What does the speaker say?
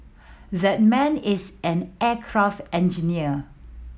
that man is an aircraft engineer